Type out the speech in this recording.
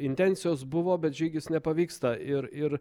intencijos buvo bet žygis nepavyksta ir ir